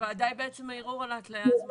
הוועדה היא בעצם הערעור על ההתליה הזמנית?